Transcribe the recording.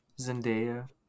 Zendaya